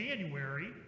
January